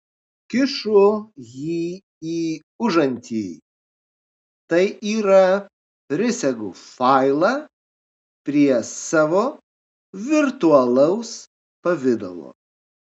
kišu jį į užantį tai yra prisegu failą prie savo virtualaus pavidalo